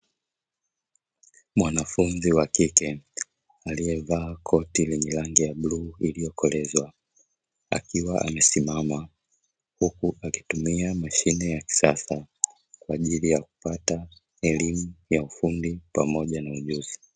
Mwanafunzi wakike aliyevaa koti la rangi ya bluu iliyokolezwa akiwa amesisima, huku akitumia mashine ya kisasa kwa ajili ya kupata elimu ya ufundi pamoja na ujuzi.